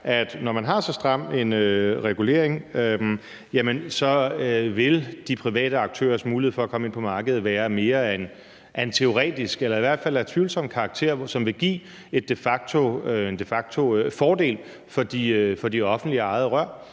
at når man har så stram en regulering, vil de private aktørers mulighed for at komme ind på markedet være mere af en teoretisk eller i hvert fald tvivlsom karakter, som vil give en de facto-fordel for offentligt ejede rør.